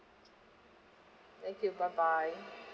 thank you bye bye